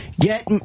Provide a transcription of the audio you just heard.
get